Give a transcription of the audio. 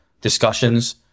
discussions